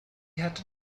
had